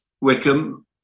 Wickham